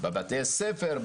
בבתי הספר,